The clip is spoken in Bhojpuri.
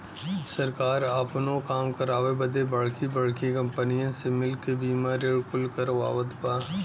सरकार आपनो काम करावे बदे बड़की बड़्की कंपनीअन से मिल क बीमा ऋण कुल करवावत बा